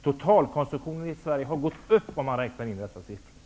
Totalkonsumtionen i Sverige har gått upp om man räknar in dessa mörkertal.